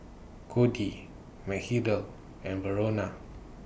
Cody Mathilde and Verona